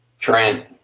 Trent